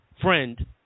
friend